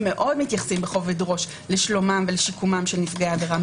מאוד מתייחסים בכובד ראש לשלומם ולשיקומם של נפגעי העבירה.